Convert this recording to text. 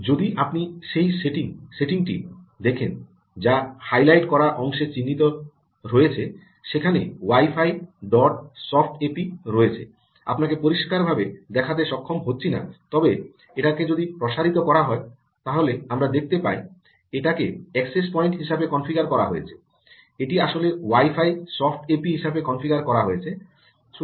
যদি আপনি সেই সেটিংটি দেখেন যা হাইলাইট করা অংশে চিহ্নিত রয়েছে যেখানে wifi dot soft AP রয়েছে আপনাকে পরিষ্কারভাবে দেখাতে সক্ষম হচ্ছি না তবে এটাকে যদি প্রসারিত করা যায় তাহলে আমরা দেখতে পাই এটাকে অ্যাক্সেস পয়েন্ট হিসাবে কনফিগারেশন করা হয়েছে এটি আসলে ওয়াই ফাই সফট এপি হিসাবে কনফিগার করা হচ্ছে